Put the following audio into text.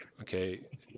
Okay